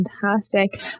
Fantastic